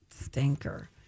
stinker